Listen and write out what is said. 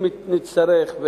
אם נצטרך,